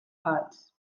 heart